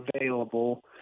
available